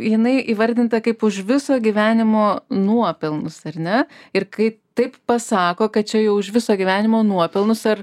jinai įvardinta kaip už viso gyvenimo nuopelnus ar ne ir kai taip pasako kad čia jau už viso gyvenimo nuopelnus ar